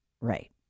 Right